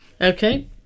Okay